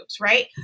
Right